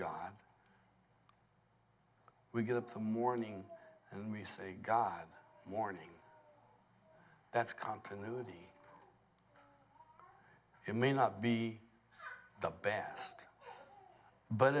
god we get up the morning and we say god morning that's continuity it may not be the best but